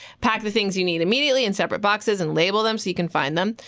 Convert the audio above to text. pack the things you need immediately in separate boxes and label them so you can find them.